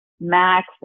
Max